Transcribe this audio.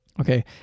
Okay